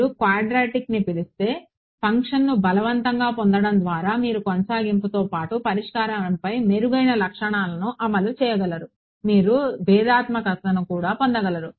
మీరు క్వాడ్రాటిక్ అని పిలిచే ఫంక్షన్ను బలవంతంగా పొందడం ద్వారా మీరు కొనసాగింపుతో పాటు పరిష్కారంపై మెరుగైన లక్షణాలను అమలు చేయగలరు మీరు భేదాత్మకతను కూడా పొందగలుగుతారు